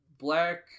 Black